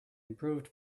improved